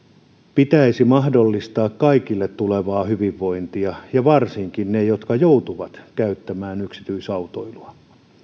pitäisi mahdollistaa kaikille tulevaa hyvinvointia ja varsinkin niille jotka joutuvat käyttämään yksityis autoilua